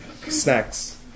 snacks